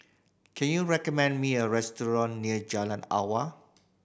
can you recommend me a restaurant near Jalan Awang